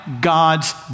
God's